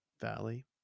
Valley